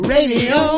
Radio